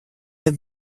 have